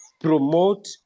promote